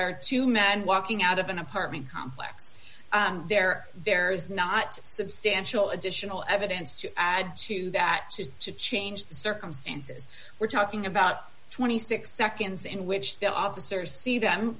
are two men walking out of an apartment complex there there is not substantial additional evidence to add to that to change the circumstances we're talking about twenty six seconds in which the officers see them